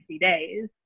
days